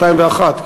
201,